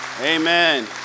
Amen